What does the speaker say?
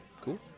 cool